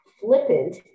flippant